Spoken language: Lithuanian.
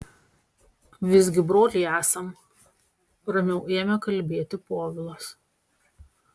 visgi broliai esam ramiau ėmė kalbėti povilas